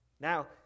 Now